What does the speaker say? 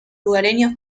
lugareños